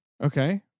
Okay